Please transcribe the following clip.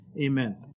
Amen